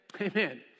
Amen